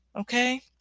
Okay